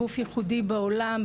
גוף ייחודי בעולם,